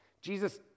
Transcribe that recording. Jesus